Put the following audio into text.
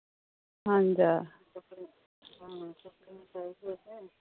हां जी